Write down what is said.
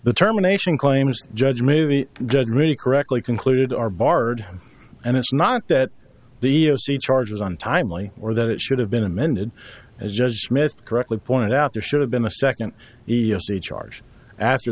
the terminations claims judge movie judge really correctly concluded are barred and it's not that the o c charges on timely or that it should have been amended as judge smith correctly pointed out there should have been a second e s e charge after